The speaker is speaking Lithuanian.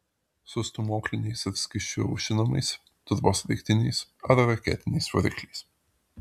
su stūmokliniais ir skysčiu aušinamais turbosraigtiniais ar raketiniais varikliais